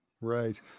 Right